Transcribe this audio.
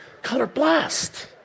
colorblast